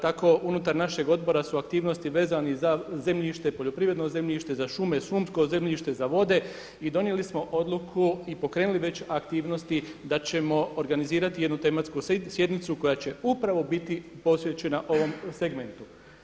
Tako unutar našeg odbora su aktivnosti vezane za zemljište, poljoprivredno zemljište, za šume, šumsko zemljište, za vode i donijeli smo odluku i pokrenuli već aktivnosti da ćemo organizirati jednu tematsku sjednicu koja će upravo biti posvećena ovom segmentu.